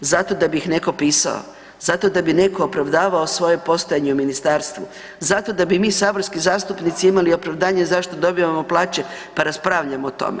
Zato da bi ih netko pisao, zato da bi netko opravdavao svoje postojanje u ministarstvu, zato da bi mi saborski zastupnici imali opravdanje zašto dobivamo plaće pa raspravljamo o tome.